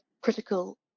critical